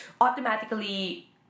automatically